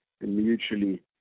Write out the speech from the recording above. mutually